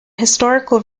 historical